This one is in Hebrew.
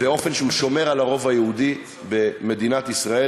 באופן ששומר על הרוב היהודי במדינת ישראל,